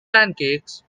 pancakes